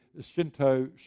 Shinto